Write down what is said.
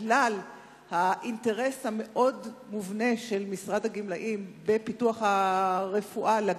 בגלל האינטרס המאוד מובנה של משרד הגמלאים בפיתוח הגריאטריה,